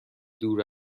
دور